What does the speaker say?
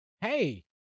hey